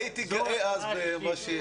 הייתי גאה אז במה שאספנו.